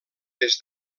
des